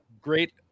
great